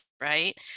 right